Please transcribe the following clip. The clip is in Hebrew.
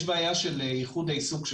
יש בעיה של איחוד העיסוק,